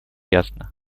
ясно